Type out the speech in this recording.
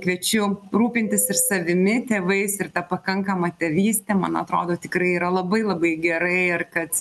kviečiu rūpintis ir savimi tėvais ir ta pakankama tėvyste man atrodo tikrai yra labai labai gerai ir kad